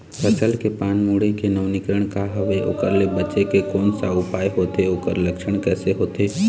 फसल के पान मुड़े के नवीनीकरण का हवे ओकर ले बचे के कोन सा उपाय होथे ओकर लक्षण कैसे होथे?